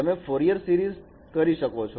તમે Fourier series કરી શકો છો